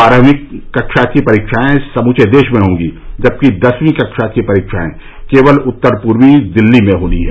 बारहवीं कक्षा की परीक्षाएं समूचे देश में होंगी जबकि दसवीं कक्षा की परीक्षाएं केवल उत्तर पूर्वी दिल्ली में होनी हैं